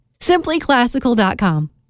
SimplyClassical.com